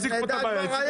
אז נדע כבר היום.